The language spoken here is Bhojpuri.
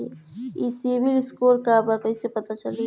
ई सिविल स्कोर का बा कइसे पता चली?